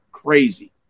crazy